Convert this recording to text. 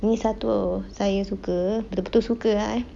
ni satu saya suka betul-betul suka ah I